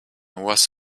was